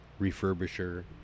refurbisher